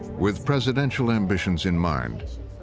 with presidential ambitions in mind,